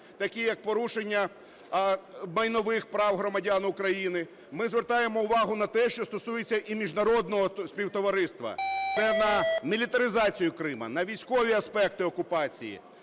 такі як порушення майнових прав громадян України, ми звертаємо увагу на те, що стосується і міжнародного співтовариства – це на мілітаризацію Криму, на військові аспекти окупації,